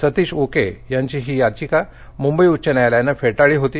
सतीश उके यांची ही याचिका मुंबइ च्च न्यायालयानं फेटाळली होती